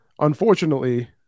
Unfortunately